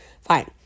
Fine